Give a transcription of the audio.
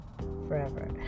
forever